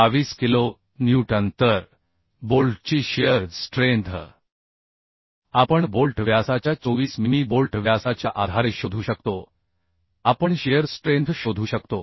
22 kilo newton तर बोल्टची shear strength आपण बोल्ट व्यासाच्या 24 मिमी बोल्ट व्यासाच्या आधारे शोधू शकतो आपण शिअर स्ट्रेंथ शोधू शकतो